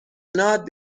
not